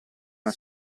una